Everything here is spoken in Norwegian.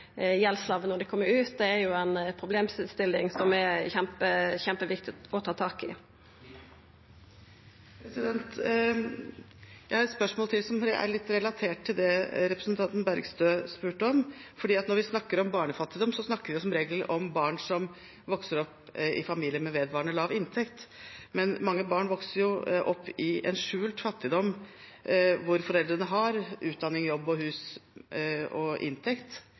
når dei kjem ut. Det er ei problemstilling som er kjempeviktig å ta tak i. Kathy Lie – til oppfølgingsspørsmål. Jeg har et spørsmål til, som er litt relatert til det representanten Bergstø spurte om. Når vi snakker om barnefattigdom, snakker vi som regel om barn som vokser opp i familier med vedvarende lav inntekt. Men mange barn vokser jo opp i skjult fattigdom, hvor foreldrene har utdanning, jobb, hus og inntekt,